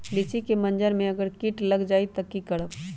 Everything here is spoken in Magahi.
लिचि क मजर म अगर किट लग जाई त की करब?